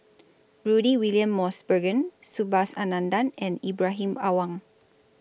Rudy William Mosbergen Subhas Anandan and Ibrahim Awang